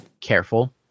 careful